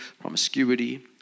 promiscuity